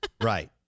Right